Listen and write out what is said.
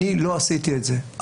שהוא עומד ואומר: אני לא עשיתי את זה,